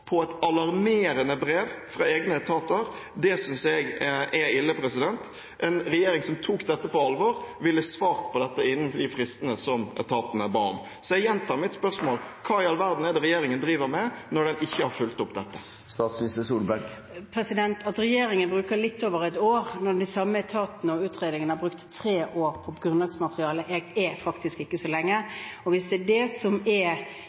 på et alarmerende brev fra egne etater, synes jeg er ille. En regjering som tok dette på alvor, ville ha svart på dette innen de fristene som etatene ba om. Så jeg gjentar mitt spørsmål: Hva i all verden er det regjeringen driver med, når den ikke har fulgt opp dette? At regjeringen bruker litt over et år når de samme etatene og utrederne har brukt tre år på grunnlagsmaterialet, er faktisk ikke så lenge. Hvis det er det som er